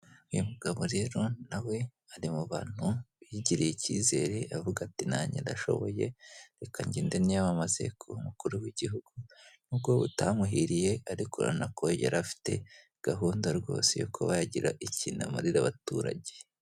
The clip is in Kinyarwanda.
Uyu mugabo rero na we ari mu bantu bigiriye icyizere aravuga ati: "Nange ndashoboye, reka ngende niyamamaze kuba umukuru w'igihugu." N'ubwo utamuhiriye ariko urabona ko yari afite gahunda rwose yo kuba yagira ikintu amarira abaturage.